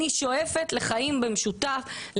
אני שואפת לחיים במשותף,